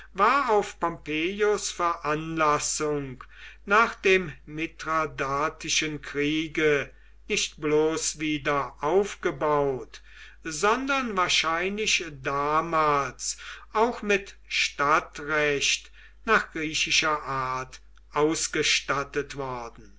war auf pompeius veranlassung nach dem mithradatischen kriege nicht bloß wieder aufgebaut sondern wahrscheinlich damals auch mit stadtrecht nach griechischer art ausgestattet worden